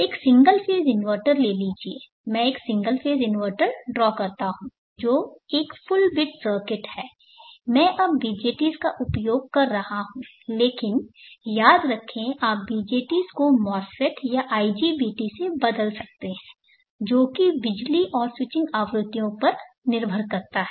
एक single phase inverter ले लीजिए मैं एक सिंगल फेज इन्वर्टर ड्रॉ करता हूं जो एक फुल बिट सर्किट है मैं अब BJTs का उपयोग कर रहा हूं लेकिन याद रखें कि आप BJTs को MOSFETs या IGBTs से बदल सकते हैं जो की बिजली और स्विचिंग आवृत्तियों पर निर्भर करता है